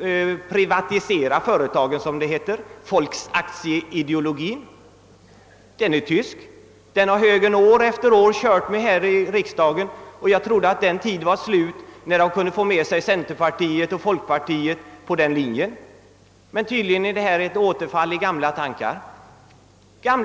reprivatisera företagen och den har högern år efter år kört med här i riksdagen. Jag trodde dock att den tid nu var förbi då högern kunde få centern och folkpartiet med sig på en sådan linje. Vi har här att göra med ett återfall i gamla tyska tankebanor.